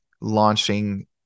launching